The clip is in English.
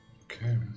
Okay